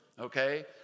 Okay